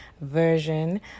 version